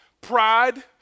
Pride